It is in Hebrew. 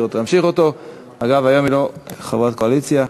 אגב, היום היא לא חברת קואליציה.